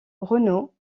renault